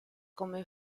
come